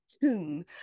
tune